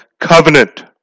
covenant